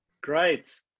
Great